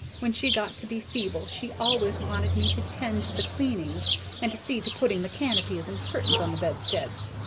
when she got to be feeble she always wanted me to tend to the cleaning and to see to putting the canopies and curtains on the bedsteads,